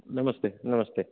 नमस्ते नमस्ते